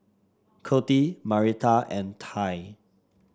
Coty Marita and Tai